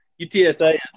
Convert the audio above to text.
UTSA